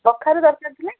କଖାରୁ ଦରକାର ଥିଲା